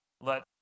let